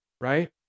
Right